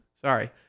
sorry